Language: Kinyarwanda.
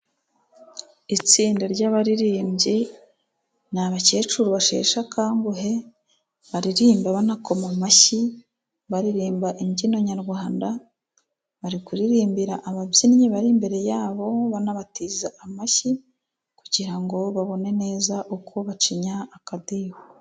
Itsinda ry'abaririmbyi ni abakecuru basheshe akanguhe, baririmba banakoma amashyi, baririmba imbyino Nyarwanda, bari kuririmbira ababyinnyi bari imbere yabo banabatiza amashyi, kugira ngo babone neza uko bacinya akadiho.